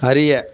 அறிய